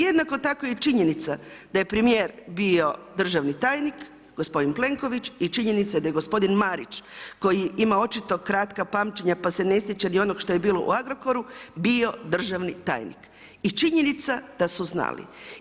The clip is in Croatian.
Jednako tako je i činjenica da je premijer bio državni tajnik gospodin Plenković i činjenica je da je gospodin Marić koji ima očito kratka pamćenja pa se ne sjeća ni onog što je bilo u Agrokoru bio državni tajnik i činjenica da su znali.